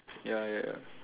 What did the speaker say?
ya ya ya